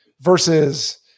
versus